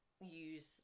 use